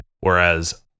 Whereas